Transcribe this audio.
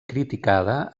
criticada